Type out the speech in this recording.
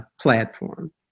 platform